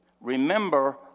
Remember